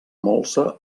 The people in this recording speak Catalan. molsa